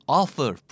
offer